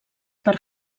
per